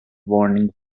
warning